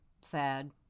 sad